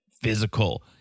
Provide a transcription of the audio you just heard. physical